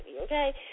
okay